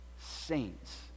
saints